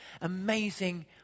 amazing